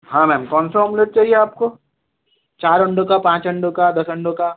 हाँ मैम कौन सा ऑमलेट चाहिए आपको चार अंडों का पाँच अंडों का दस अंडों का